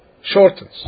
shortens